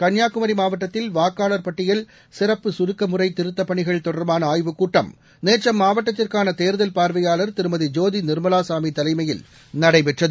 கன்னியாகுமரி மாவட்டத்தில் வாக்காளா் பட்டியல் சிறப்பு சுருக்க முறை திருத்தப் பணிகள் தொடர்பான ஆய்வுக் கூட்டம் நேற்று அம்மாவட்டத்திற்கான தேர்தல் பார்வையாளர் திருமதி ஜோதி நிர்மலாசாமி தலைமையில் நடைபெற்றது